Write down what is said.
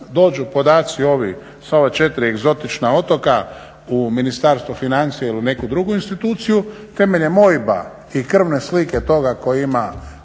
dođu podaci ovi sa ova 4 egzotična otoka u Ministarstvo financija ili u neku drugu instituciju temeljem OIB-a i krvne slike toga koji ima